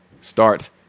starts